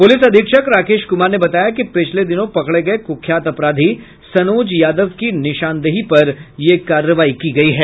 police अधीक्षक राकेश कुमार ने बताया कि पिछले दिनों पकड़े गये कुख्यात अपराधी सनोज यादव की निशानदेही पर ये कार्रवाई की गयी है